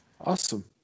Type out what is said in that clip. awesome